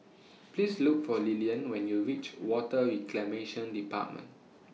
Please Look For Lilian when YOU REACH Water Reclamation department